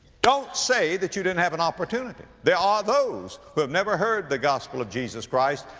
don't say that you didn't have an opportunity. there are those who have never heard the gospel of jesus christ.